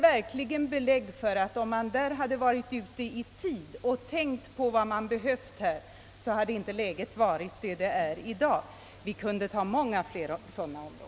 Hade man i fråga om daghem i tid tänkt på vad som behövde göras, hade inte läget varit sådant det är i dag. Många flera sådana områden skulle kunna nämnas.